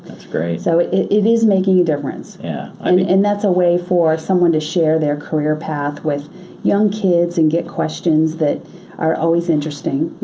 that's great. so it is making a difference yeah i mean and that's a way for someone to share their career path with young kids and get questions that are always interesting,